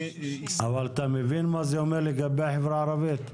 אבל אתה מבין מה זה אומר לגבי החברה הערבית?